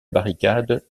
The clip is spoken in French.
barricade